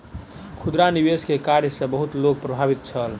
खुदरा निवेश के कार्य सॅ बहुत लोक प्रभावित छल